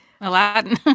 Aladdin